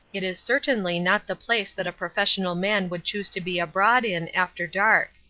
it is certainly not the place that a professional man would choose to be abroad in after dark.